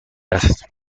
است